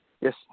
Yes